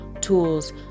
tools